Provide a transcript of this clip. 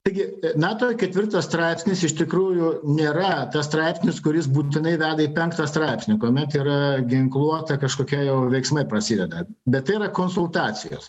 taigi nato ketvirtas straipsnis iš tikrųjų nėra tas straipsnis kuris būtinai veda į penktą straipsnį kuomet yra ginkluota kažkokia jau veiksmai prasideda bet tai yra konsultacijos